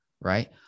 right